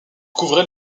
couvrait